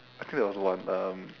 I think that was one um